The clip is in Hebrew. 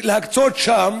להקצות שם.